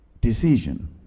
decision